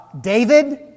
David